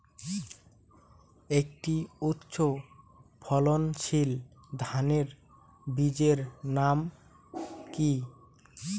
একটি উচ্চ ফলনশীল ধানের বীজের নাম কী?